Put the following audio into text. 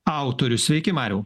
autorius sveiki mariau